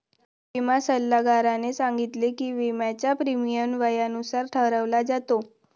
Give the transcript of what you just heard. विमा सल्लागाराने सांगितले की, विम्याचा प्रीमियम वयानुसार ठरवला जातो